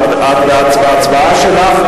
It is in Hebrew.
את בהצבעה שלך,